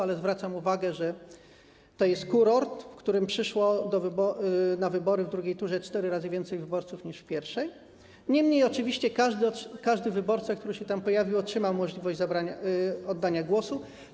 ale zwracam uwagę, że to jest kurort, w którym przyszło na wybory w drugiej turze cztery razy więcej wyborców niż w pierwszej, niemniej oczywiście każdy wyborca, który się tam pojawił, otrzymał możliwość oddania głosu.